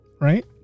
Right